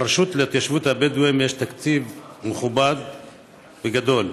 לרשות להתיישבות הבדואים יש תקציב מכובד וגדול.